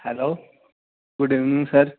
hello good evening sir